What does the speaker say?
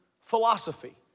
philosophy